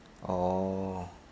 oh